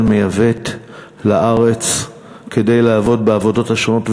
מייבאת לארץ כדי לעבוד בעבודות השונות,